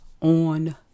on